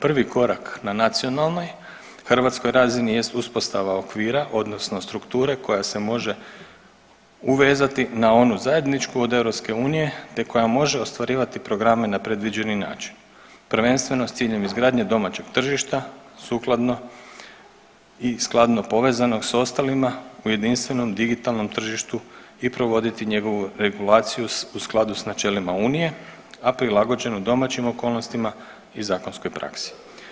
Prvi korak na nacionalnoj hrvatskoj razini jest uspostava okvira odnosno strukture koja se može uvezati na onu zajedničku od EU, te koja može ostvarivati programe na predviđeni način prvenstveno s ciljem izgradnje domaćeg tržišta sukladno i skladno povezanog s ostalima u jedinstvenom digitalnom tržištu i provoditi njegovu regulaciju u skladu s načelima unije, a prilagođenu domaćim okolnostima i zakonskoj praksi.